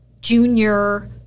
junior